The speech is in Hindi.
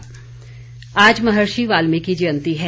बाल्मिकी जयंती आज महर्षि वाल्मिकी जयंती है